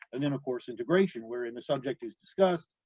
and then of course, integration, wherein the subject is discussed,